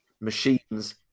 machines